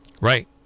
Right